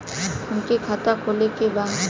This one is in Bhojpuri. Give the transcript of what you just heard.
हमके खाता खोले के बा?